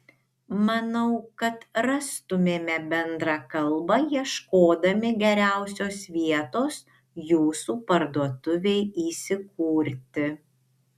manau kad rastumėme bendrą kalbą ieškodami geriausios vietos jūsų parduotuvei įsikurti